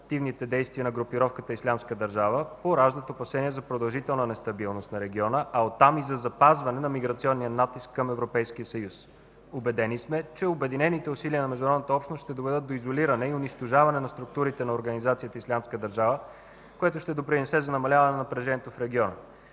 активните действия на групировката „Ислямска държава”, поражда опасения за продължителна нестабилност на региона, а оттам и за запазване на миграционния натиск към Европейския съюз. Убедени сме, че обединените усилия на международната общност ще доведат до изолиране и унищожаване на структурите на организацията „Ислямска държава”, което ще допринесе за намаляване на напрежението в региона.